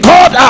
God